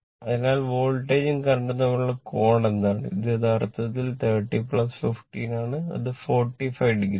അതിനാൽ വോൾട്ടേജും കറന്റും തമ്മിലുള്ള കോൺ എന്താണ് അത് യഥാർത്ഥത്തിൽ 30 15 ആണ് അത് 45 o ആണ്